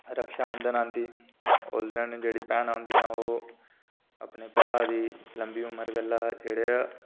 फ्ही औंदी साढ़ी रक्षा बन्धन औंदी उस दिन जेह्ड़ियां भैनां होंदियां ओह् अपने भ्रा दा लम्मी उम्र गल्ला